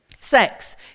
Sex